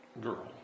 girl